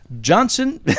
Johnson